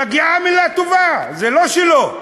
מגיעה מילה טובה, זה לא שלא,